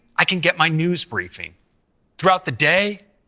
i can get my news briefing throughout the day,